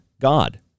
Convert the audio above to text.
God